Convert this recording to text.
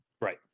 Right